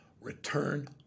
Return